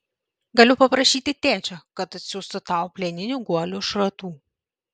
galiu paprašyti tėčio kad atsiųstų tau plieninių guolių šratų